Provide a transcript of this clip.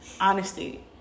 honesty